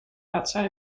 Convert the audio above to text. outside